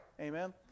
amen